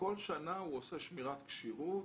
כל שנה הוא עושה שמירת כשירות,